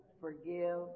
forgive